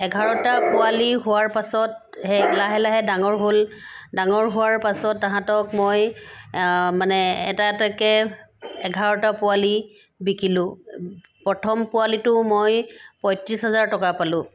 এঘাৰটা পোৱালি হোৱাৰ পাছত সেই লাহে লাহে ডাঙৰ হ'ল ডাঙৰ হোৱাৰ পাছত তাঁহাতক মই মানে এটা এটাকৈ এঘাৰটা পোৱালি বিকিলোঁ প্ৰথম পোৱালিটো মই পঁয়ত্ৰিছ হাজাৰ টকা পালোঁ